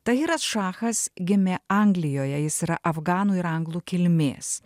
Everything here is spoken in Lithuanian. tahiras šachas gimė anglijoje jis yra afganų ir anglų kilmės